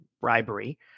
bribery